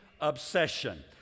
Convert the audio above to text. obsession